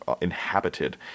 inhabited